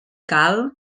cal